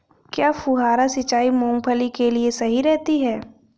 क्या फुहारा सिंचाई मूंगफली के लिए सही रहती है?